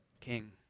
king